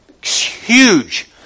Huge